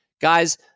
guys